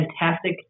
Fantastic